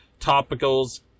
topicals